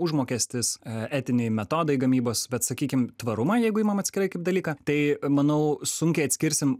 užmokestis etiniai metodai gamybos bet sakykim tvarumą jeigu imam atskirai kaip dalyką tai manau sunkiai atskirsim